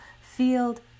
field